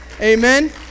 Amen